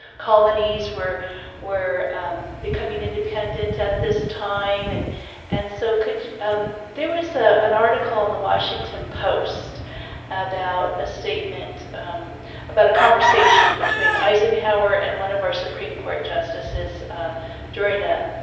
colonies were were becoming independent at this time. and and so, could you um there was ah an article in the washington post about a statement about a conversation between eisenhower and one of our supreme court justices during a